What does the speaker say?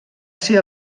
ser